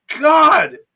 god